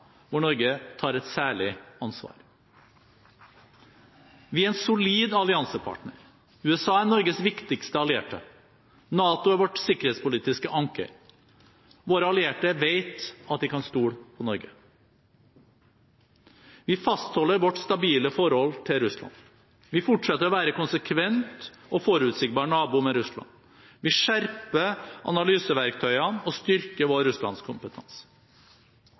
hvor Norge tar et særlig ansvar: Vi er en solid alliansepartner. USA er Norges viktigste allierte. NATO er vårt sikkerhetspolitiske anker. Våre allierte vet at de kan stole på Norge. Vi fastholder vårt stabile forhold til Russland. Vi fortsetter å være en konsekvent og forutsigbar nabo med Russland. Vi skjerper analyseverktøyene og styrker vår